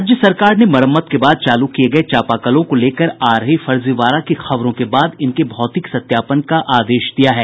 राज्य सरकार ने मरम्मत के बाद चालू किये चापाकलों को लेकर आ रही फर्जीवाड़ा की खबरों के बाद इनके भौतिक सत्यापन का आदेश दिया है